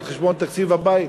על-חשבון תקציב הבית.